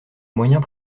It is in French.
moyens